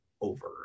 over